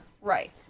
Right